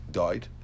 died